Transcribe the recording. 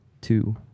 Two